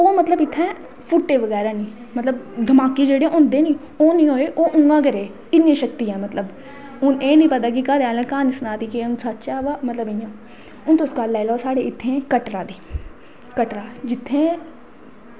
ओह् मतलब उत्थें फुट्टेआ निं ते धमाके जेह्के होंदे ना ओह् होये निं मोयै उआं गै रेह् हून एह् निं पता की क्हानी सनायी दी जां सच्च ऐ हून तुस गल्ल लाई लैओ साढ़े कटरा दी कटरा दी जित्थें